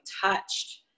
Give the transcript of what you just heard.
touched